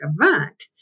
event